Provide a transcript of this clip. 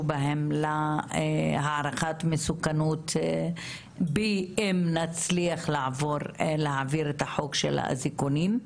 להערכת מסוכנות אם נצליח להעביר את החוק של האזיקונים,